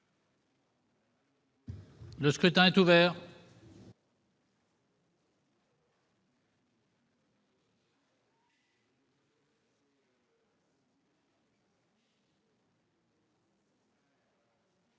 Le scrutin est ouvert.